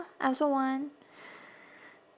I also want